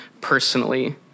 personally